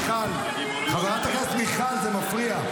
--- חברת הכנסת מיכל, זה מפריע.